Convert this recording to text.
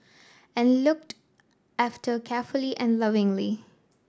and looked after carefully and lovingly